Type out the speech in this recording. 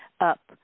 up